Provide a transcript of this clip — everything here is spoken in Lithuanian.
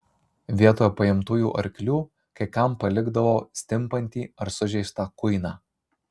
vietoje paimtųjų arklių kai kam palikdavo stimpantį ar sužeistą kuiną